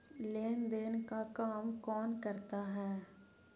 लेन देन का काम कौन करता है?